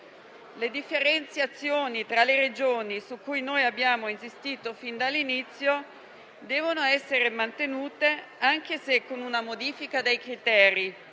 Le differenziazioni tra le Regioni, su cui abbiamo insistito sin dall'inizio, devono essere mantenute, anche se con una modifica dei criteri.